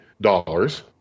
dollars